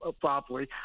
properly